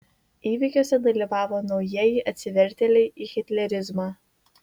įvykiuose dalyvavo naujieji atsivertėliai į hitlerizmą